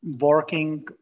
working